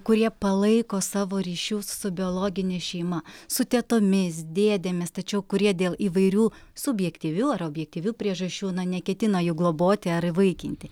kurie palaiko savo ryšius su biologine šeima su tetomis dėdėmis tačiau kurie dėl įvairių subjektyvių ar objektyvių priežasčių na neketina jų globoti ar įvaikinti